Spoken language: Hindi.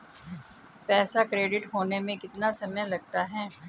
पैसा क्रेडिट होने में कितना समय लगता है?